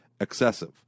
excessive